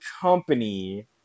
company